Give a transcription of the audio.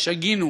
שגינו,